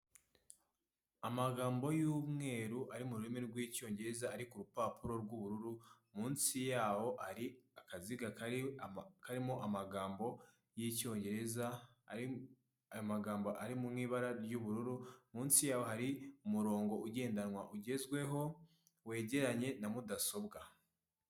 Amagambo y'umweru ari mu rurimi rw'cyongereza ari ku urupapuro rw'ubururu munsi yaho ari akaziga karimo amagambo y'icyongereza. Aya magambo arimo mu ibara ry'ubururu munsi yaho hari umurongo ugendanwa ugezweho wegeranye na mudasobwa.